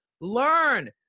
Learn